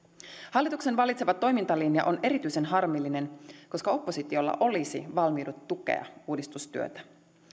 hallituksen valitsema toimintalinja on erityisen harmillinen koska oppositiolla olisi valmiudet tukea uudistustyötä